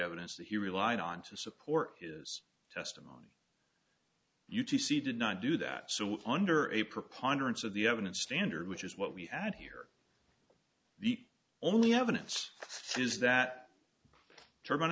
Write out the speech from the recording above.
evidence that he relied on to support his testimony u t c did not do that so with under a preponderance of the evidence standard which is what we had here the only evidence is that turman